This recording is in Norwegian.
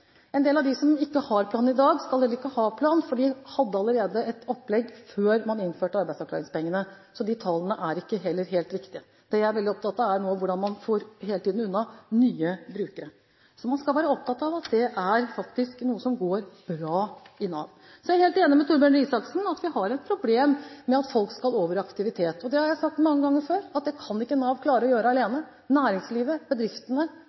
En del av dem som ikke har plan i dag, skal heller ikke ha plan, for de hadde allerede et opplegg før man innførte arbeidsavklaringspengene, så de tallene er heller ikke helt riktige. Det jeg er veldig opptatt av, er hvordan man nå hele tiden får unna nye brukere. Man skal være opptatt av at det er noe som faktisk går bra i Nav. Så er jeg helt enig med Torbjørn Røe Isaksen i at vi har et problem når det gjelder at folk skal over i aktivitet. Det har jeg sagt mange ganger før: Det kan ikke Nav klare å gjøre alene. Næringslivet, bedriftene